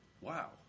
Wow